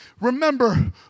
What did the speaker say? remember